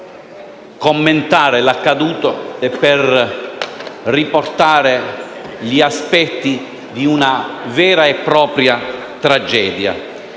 per commentare l'accaduto e riportare gli aspetti di una vera e propria tragedia,